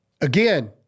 Again